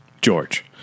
George